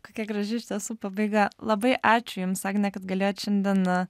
kokia graži iš tiesų pabaiga labai ačiū jums agne kad galėjot šiandien